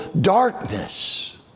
darkness